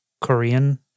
Korean